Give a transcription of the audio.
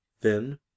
Then